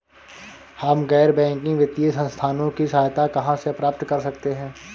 हम गैर बैंकिंग वित्तीय संस्थानों की सहायता कहाँ से प्राप्त कर सकते हैं?